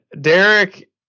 Derek